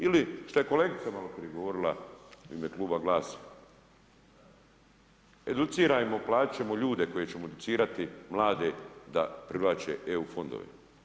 Ili šta je kolegica maloprije govorila u ime kluba GLAS-a, educirajmo, platiti ćemo ljude koje ćemo educirati, mlade da privlače EU fondove.